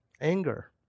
anger